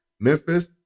Memphis